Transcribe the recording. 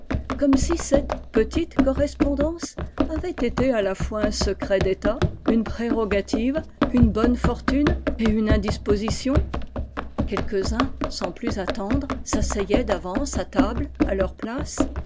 comme si cette petite correspondance avait été à la fois un secret d'état une prérogative une bonne fortune et une indisposition quelques-uns sans plus attendre s'asseyaient d'avance à table à leurs places